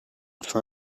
for